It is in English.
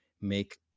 make